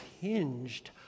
hinged